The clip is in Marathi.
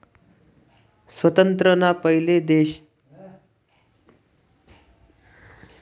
स्वातंत्र्य ना पयले देश मा केंद्रीय बँक मन्हीसन भारतीय रिझर्व बँक व्हती